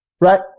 Right